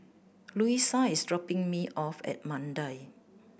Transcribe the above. Louisa is dropping me off at Mandai